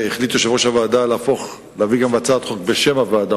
החליט יושב-ראש הוועדה להביא גם הצעת חוק בשם הוועדה,